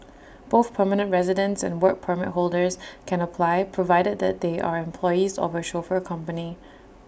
both permanent residents and Work Permit holders can apply provided that they are employees of A chauffeur company